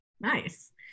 Nice